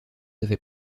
avait